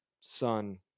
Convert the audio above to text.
son